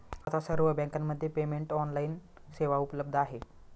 आता सर्व बँकांमध्ये पेमेंट ऑनलाइन सेवा उपलब्ध आहे